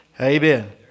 amen